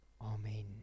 Amen